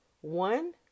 one